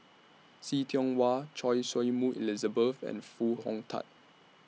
See Tiong Wah Choy Su Moi Elizabeth and Foo Hong Tatt